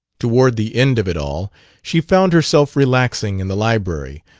toward the end of it all she found herself relaxing in the library,